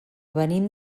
venim